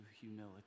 humility